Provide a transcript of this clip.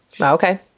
Okay